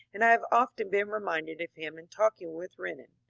and i have often been reminded of him in talking with renan.